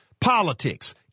Politics